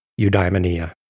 eudaimonia